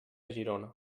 girona